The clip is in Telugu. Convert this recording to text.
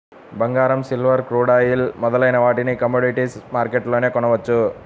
బంగారం, సిల్వర్, క్రూడ్ ఆయిల్ మొదలైన వాటిని కమోడిటీస్ మార్కెట్లోనే కొనవచ్చు